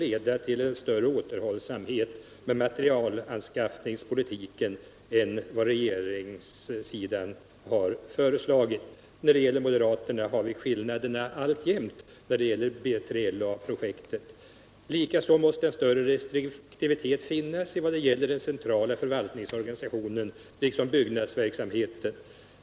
Det är klart att det fordrar en större återhållsamhet när det gäller materielanskaffningspolitiken än vad regeringen föreslagit — skillnaderna i fråga om B3LA-projektet kvarstår ju alltjämt om man jämför med moderaternas ståndpunkt i det avseendet. Likaså måste en större restriktivitet finnas i vad det gäller den centrala förvaltningsorganisationen liksom byggnadsverksamheten.